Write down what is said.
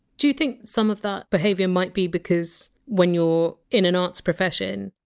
do you think some of that behaviour might be because when you're in an arts profession,